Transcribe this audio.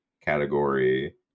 category